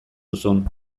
duzun